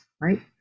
right